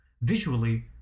visually